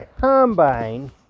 combine